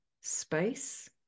space